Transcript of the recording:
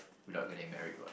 without getting married what